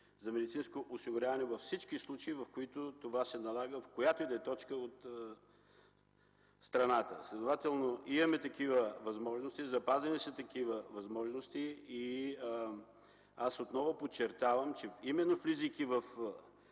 за медицинско осигуряване във всички случаи, когато това се налага в която и да е точка от страната. Следователно имаме, запазени са такива възможности. Отново подчертавам, че именно влизайки в